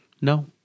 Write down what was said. No